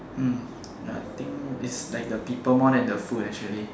mm I think this like the people more than the food actually